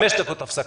נצא